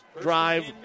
drive